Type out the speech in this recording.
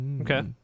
Okay